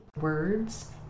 Words